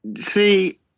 See